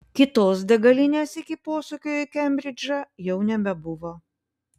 kitos degalinės iki posūkio į kembridžą jau nebebuvo